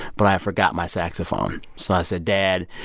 but i forgot my saxophone. so i said, dad,